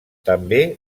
també